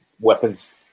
weapons